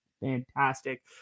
fantastic